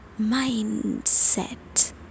mindset